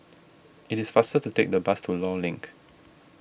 it is faster to take the bus to Long Link